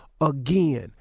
Again